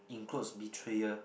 includes betrayal